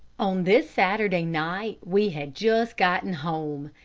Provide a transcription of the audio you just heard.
on this saturday night we had just gotten home.